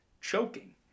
Choking